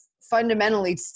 fundamentally